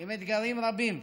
עם אתגרים רבים,